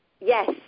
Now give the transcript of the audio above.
Yes